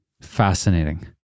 Fascinating